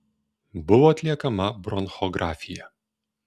buvo atliekama bronchografija